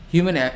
Human